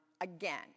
again